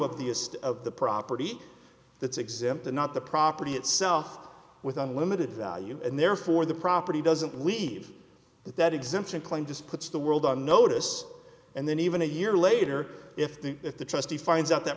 estate of the property that's exempt and not the property itself with unlimited value and therefore the property doesn't leave that exemption claimed this puts the world on notice and then even a year later if the if the trustee finds out that